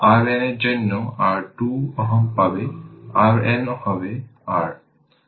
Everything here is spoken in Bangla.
RN এর জন্য r 2 Ω পাবে RN হবে r